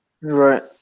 Right